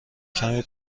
کمی